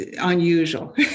unusual